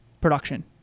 production